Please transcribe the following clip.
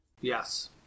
Yes